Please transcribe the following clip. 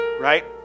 right